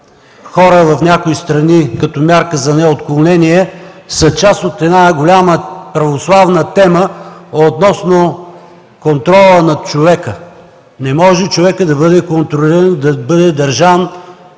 хора в някои страни, като мярка за неотклонение, са част от голямата православна тема за контрола над човека. Не може човекът да бъде контролиран, да бъде държан